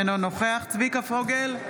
אינו נוכח צביקה פוגל,